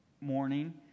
morning